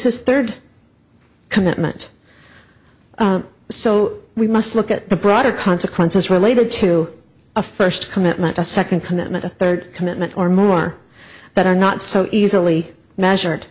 his third commitment so we must look at the broader consequences related to a first commitment a second commitment a third commitment or more that are not so easily measured